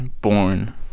born